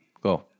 Go